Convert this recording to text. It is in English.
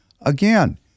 Again